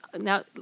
now